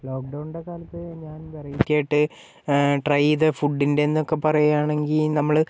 ലോക്ഡോണിൻ്റെ കാലത്ത് ഞാൻ വെറൈറ്റി ആയിട്ട് ട്രൈ ചെയ്ത ഫുഡിൻ്റെ എന്നൊക്കെ പറയുകാണെങ്കിൽ നമ്മള്